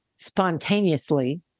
Spontaneously